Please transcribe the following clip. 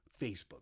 Facebook